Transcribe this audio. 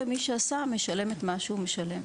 ומי שעשה משלם את מה שהוא משלם.